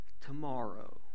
tomorrow